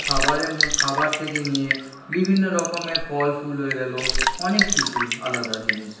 খাবার থেকে নিয়ে বিভিন্ন রকমের ফল ফুল হয়ে গেলো অনেক কিছু আলাদা জিনিস